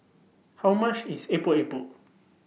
How much IS Epok Epok